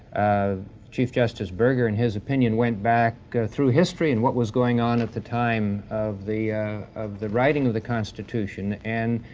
ah chief justice burger, in his opinion, went back through history and what was going on at the time of the of the writing of the constitution and,